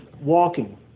walking